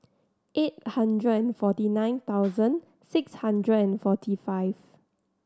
eight hundred and forty nine thousand six hundred and forty five